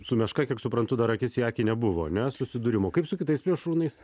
su meška kiek suprantu dar akis į akį nebuvo ane susidūrimų kaip su kitais plėšrūnais